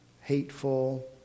hateful